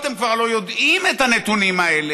אתם כבר הלוא יודעים את הנתונים האלה,